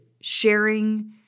sharing